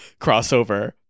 crossover